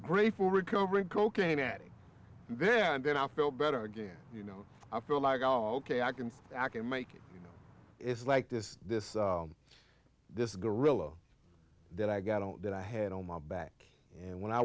grateful recovering cocaine addict then and then i'll feel better again you know i feel like oh ok i can i can make it you know it's like this this this gorilla that i got on that i had on my back and when i